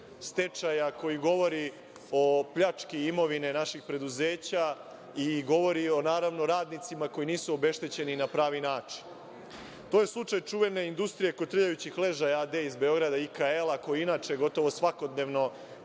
stečaja koji govori o pljački imovine naših preduzeća i govori, naravno, o radnicima koji nisu obeštećeni na pravi način. To je slučaj čuvene Industrije kotrljajućih ležaja a.d. iz Beograda IKL, koji inače gotovo svakodnevno